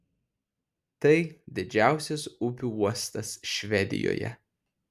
tai didžiausias upių uostas švedijoje